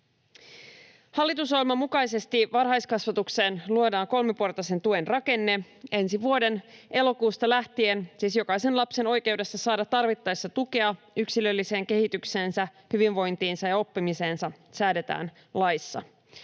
Hallitusohjelman mukaisesti varhaiskasvatukseen luodaan kolmiportaisen tuen rakenne ensi vuoden elokuusta lähtien. Siis jokaisen lapsen oikeudesta saada tarvittaessa tukea yksilölliseen kehitykseensä, hyvinvointiinsa ja oppimiseensa säädetään laissa,